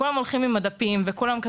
כולם הלכו עם הדפים ושאלו: